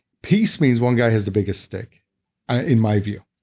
peace means one guy has the biggest stick in my view.